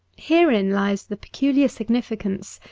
herein lies the peculiar significance,